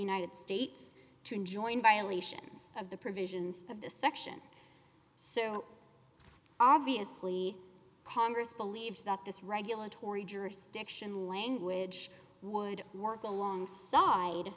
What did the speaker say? united states to enjoin violations of the provisions of this section so obviously congress believes that this regulatory jurisdiction language would work alongside